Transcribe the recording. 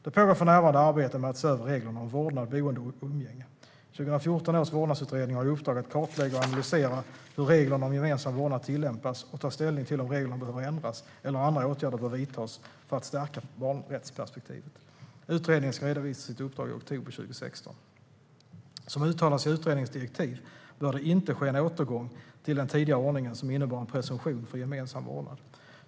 Det pågår för närvarande arbete med att se över reglerna om vårdnad, boende och umgänge. 2014 års vårdnadsutredning har i uppdrag att kartlägga och analysera hur reglerna om gemensam vårdnad tillämpas och ta ställning till om reglerna behöver ändras eller andra åtgärder bör vidtas för att stärka barnrättsperspektivet. Utredningen ska redovisa sitt uppdrag i oktober 2016. Som uttalas i utredningens direktiv bör det inte ske en återgång till den tidigare ordningen som innebar en presumtion för gemensam vårdnad.